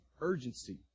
urgency